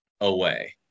away